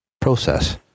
process